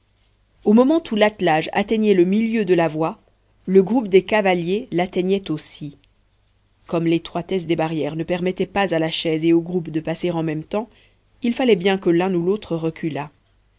au moment où l'attelage atteignait le milieu de la voie le groupe des cavaliers l'atteignait aussi comme l'étroitesse des barrières ne permettait pas à la chaise et au groupe de passer en même temps il fallait bien que l'un ou l'autre reculât